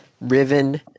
Riven